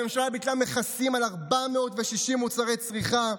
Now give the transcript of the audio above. הממשלה ביטלה מכסים על 460 מוצרי צריכה.